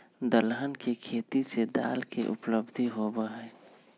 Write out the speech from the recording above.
दलहन के खेती से दाल के उपलब्धि होबा हई